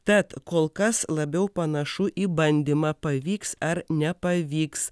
tad kol kas labiau panašu į bandymą pavyks ar nepavyks